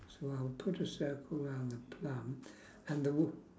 so I'll put a circle around the plum and the w~